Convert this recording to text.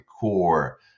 core